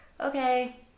okay